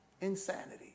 insanity